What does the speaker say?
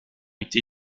été